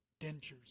dentures